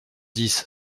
dix